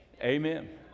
amen